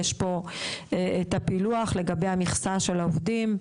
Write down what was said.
יש פה את הפילוח לגבי המכסה של העובדים,